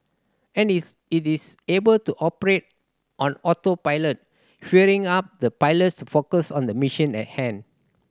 and it's it is able to operate on autopilot freeing up the pilots to focus on the mission at hand